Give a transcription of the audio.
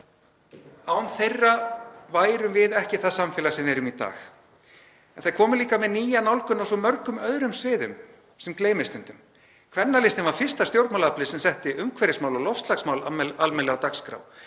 Án þeirra værum við ekki það samfélag sem við erum í dag. En þær komu líka með nýja nálgun á svo mörgum öðrum sviðum, sem gleymist stundum. Kvennalistinn var fyrsta stjórnmálaaflið sem setti umhverfismál og loftslagsmál almennilega á dagskrá